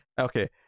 Okay